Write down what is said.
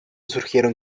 surgieron